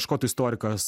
škotų istorikas